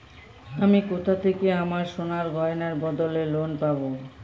আমি কোথা থেকে আমার সোনার গয়নার বদলে লোন পাবো?